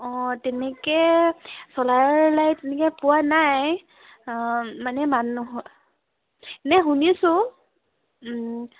অঁ তেনেকৈ চলাৰ লাইট তেনেকৈ পোৱা নাই মানে মানুহৰ ইনেই শুনিছোঁ